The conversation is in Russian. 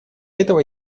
этого